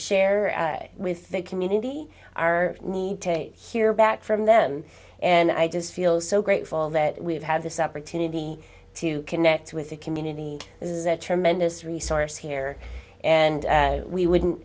share with the community our need to hear back from them and i just feel so grateful that we've had this opportunity to connect with the community is a tremendous resource here and we wouldn't